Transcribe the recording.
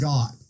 God